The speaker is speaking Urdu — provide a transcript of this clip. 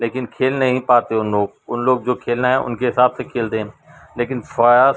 لیکن کھیل نہیں پاتے ان لوگ ان لوگ جو کھیلنا ہے ان کے حساب سے کھیلتے ہیں لیکن فاسٹ